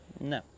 no